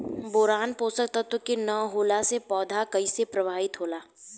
Boron पोषक तत्व के न होला से पौधा कईसे प्रभावित होला?